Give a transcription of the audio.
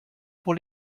pour